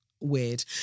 Weird